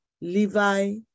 Levi